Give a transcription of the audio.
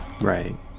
Right